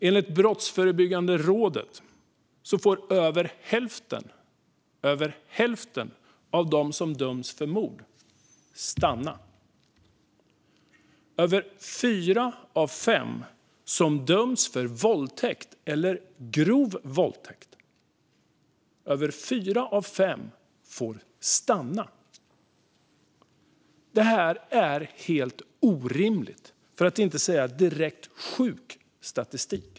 Enligt Brottsförebyggande rådet får över hälften av dem som dömts för mord stanna. Över fyra av fem som dömts för våldtäkt eller grov våldtäkt får stanna. Det här är en orimlig, för att inte säga direkt sjuk, statistik.